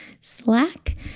Slack